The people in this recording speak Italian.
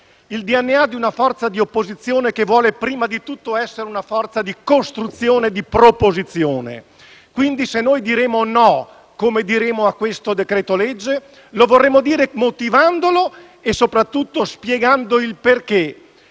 il DNA di una forza di opposizione che vuole prima di tutto essere una forza di costruzione e proposizione. Quindi, se noi diremo "no" - come diremo - a questo decreto-legge, lo diremo motivandolo e soprattutto spiegando il perché.